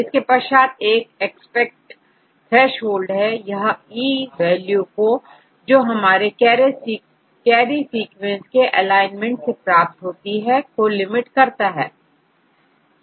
इसके पश्चात यह एक्सपेक्ट थ्रेशहोल्ड है यहE वैल्यू को जो हमारे क्वैरी सीक्वेंस के एलाइनमेंट से प्राप्त होती है को लिमिट करता है